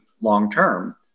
long-term